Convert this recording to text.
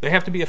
they have to be a